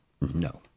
No